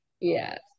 Yes